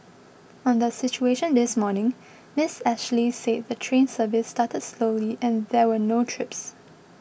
on the situation this morning Ms Ashley said the train service started slowly and there were no trips